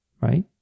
right